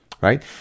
right